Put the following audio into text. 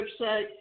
website